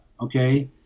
okay